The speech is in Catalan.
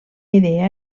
idea